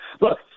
look